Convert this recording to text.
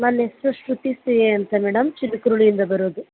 ನನ್ನ ಹೆಸ್ರು Shruti C A ಅಂತೆ ಮೇಡಮ್ ಚಿನಕುರುಳಿ ಇಂದ ಬರೋದು